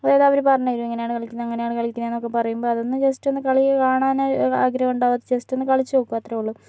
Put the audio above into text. അതായത് അവരു പറഞ്ഞുതരും എങ്ങനെയാണ് കളിക്കണത് എങ്ങനെയാണ് കളിക്കണത്ന്നൊക്കെ പറയുമ്പോൾ ജസ്റ്റ് കളി കാണാനൊരു ആഗ്രഹം ഉണ്ടാവും ജസ്റ്റ് ഒന്ന് കളിച്ചോക്കും അത്രേ ഉള്ളു